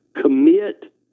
commit